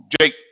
Jake